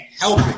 help